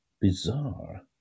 bizarre